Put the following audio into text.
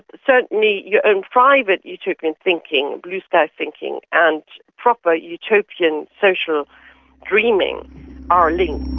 certainly your own private utopian thinking, blue-sky thinking, and proper utopian social dreaming are linked.